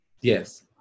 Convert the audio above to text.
yes